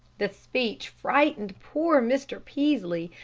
the speech frightened poor mr. peaslee,